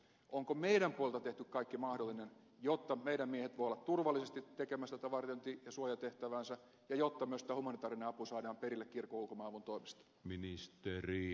onko meidän puoleltamme tehty kaikki mahdollinen jotta meidän miehemme voivat olla turvallisesti tekemässä tätä vartiointi ja suojatehtäväänsä ja jotta myös tämä humanitaarinen apu saadaan perille kirkon ulkomaanavun toimesta